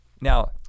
Now